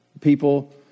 People